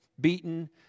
beaten